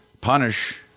punish